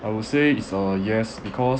I would say is uh yes because